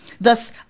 Thus